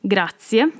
Grazie